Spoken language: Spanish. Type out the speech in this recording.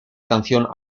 canción